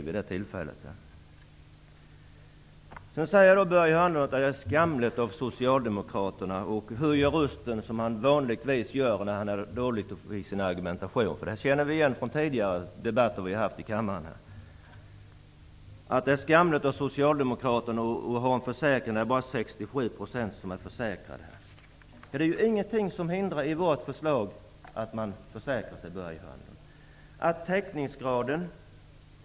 Börje Hörnlund använder uttryck som ''det är skamligt av socialdemokraterna'' och höjer rösten, som han vanligtvis gör när hans argumentation är dålig. Det känner vi igen från tidigare debatter vi har haft i kammaren. Han säger att det är skamligt av Socialdemokraterna att ha en arbetslöshetsförsäkring där bara 67 % är försäkrade. Det finns ingenting i vårt förslag som hindrar att man försäkrar sig, Börje Hörnlund.